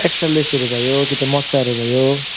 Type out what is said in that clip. extra लेसहरू भयो कि त मोजाहरू भयो